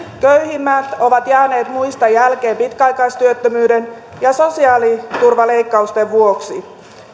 köyhimmät ovat jääneet muista jälkeen pitkäaikaistyöttömyyden ja sosiaaliturvaleikkausten vuoksi